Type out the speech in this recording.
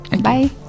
bye